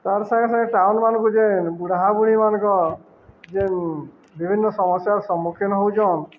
ତାର୍ ସାଙ୍ଗେ ସାଙ୍ଗେ ଟାଉନମାନାନଙ୍କୁ ଯେନ୍ ବୁଢ଼ ବୁଢ଼ୀମାନଙ୍କ ଯେନ୍ ବିଭିନ୍ନ ସମସ୍ୟାର ସମ୍ମୁଖୀନ ହଉଚନ୍